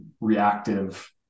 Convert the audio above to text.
reactive